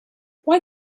why